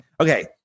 Okay